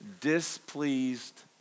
displeased